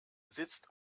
sitzt